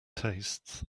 tastes